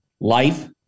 life